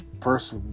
First